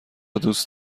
دوست